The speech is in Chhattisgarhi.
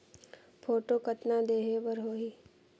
फोटो कतना देहें बर होहि?